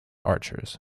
archers